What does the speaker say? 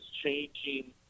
changing